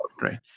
right